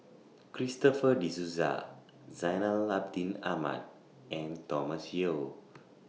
Christopher De Souza Zainal Abidin Ahmad and Thomas Yeo